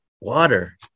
water